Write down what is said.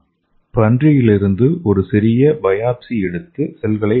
பன்றியிலிருந்து ஒரு சிறிய பயாப்ஸி எடுத்து செல்களை வளர்க்கவும்